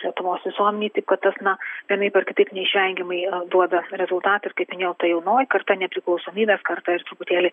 lietuvos visuomenėj taip kad tas na vienaip ar kitaip neišvengiamai a duoda rezultatą ir kaip minėjau ta jaunoji karta nepriklausomybės karta ir truputėlį